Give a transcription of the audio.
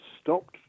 stopped